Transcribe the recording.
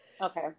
Okay